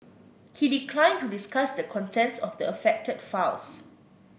he declined to discuss the contents of the affected files